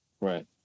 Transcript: Right